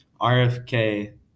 RFK